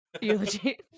eulogy